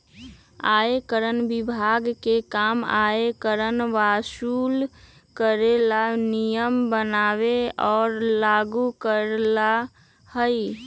आयकर विभाग के काम आयकर वसूल करे ला नियम बनावे और लागू करेला हई